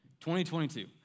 2022